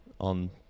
on